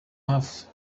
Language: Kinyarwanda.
hafi